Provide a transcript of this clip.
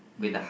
mm